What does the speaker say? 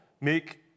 make